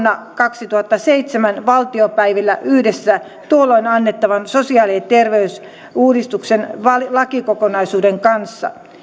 kaksituhattaseitsemäntoista valtiopäivillä yhdessä tuolloin annettavan sosiaali ja terveysuudistuksen lakikokonaisuuden kanssa